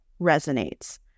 resonates